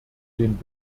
den